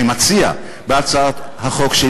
שאני מציע בהצעת החוק,